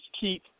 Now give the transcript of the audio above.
keep